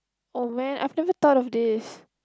oh man I've never thought of this